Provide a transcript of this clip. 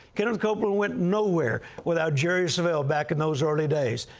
kenneth copeland went nowhere without jerry savelle back in those early days.